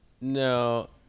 No